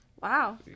Wow